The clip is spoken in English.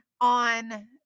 on